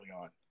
on